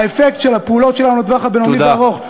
האפקט של הפעולות שלנו בטווח הבינוני והארוך,